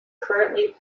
currently